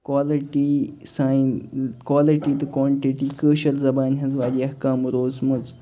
quality سانہِ quality تہٕ quantity Koshur زبانہِ ہٕنٛز واریاہ کَم روٗزٕمٕژ